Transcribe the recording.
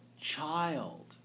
Child